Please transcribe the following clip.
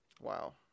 Wow